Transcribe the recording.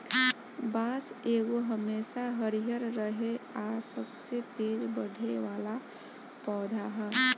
बांस एगो हमेशा हरियर रहे आ सबसे तेज बढ़े वाला पौधा होला